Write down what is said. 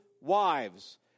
wives